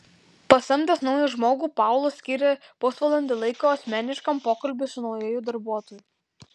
pasamdęs naują žmogų paulas skiria pusvalandį laiko asmeniškam pokalbiui su naujuoju darbuotoju